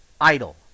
idle